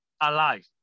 alive